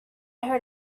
heard